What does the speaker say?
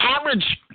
average